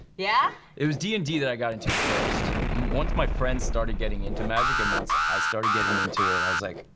yeah? it was d and d that i got into first. once my friends started getting into magic and once i started getting into it, i was like,